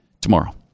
Tomorrow